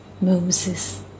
Moses